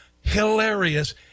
hilarious